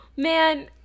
Man